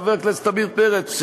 חבר הכנסת עמיר פרץ,